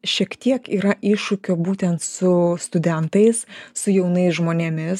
šiek tiek yra iššūkių būtent su studentais su jaunais žmonėmis